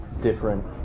different